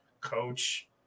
coach